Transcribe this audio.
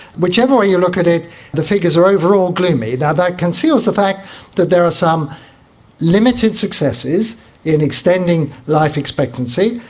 whichever way you look at it the figures are overall gloomy. that that conceals the fact that there are some limited successes in extending life expectancy,